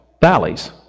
valleys